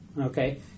Okay